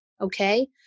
Okay